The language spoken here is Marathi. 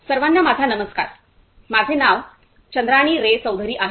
सर्वांना माझा नमस्कार माझे नाव चंद्राणी रे चौधरी आहे